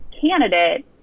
candidate